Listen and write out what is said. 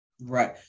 right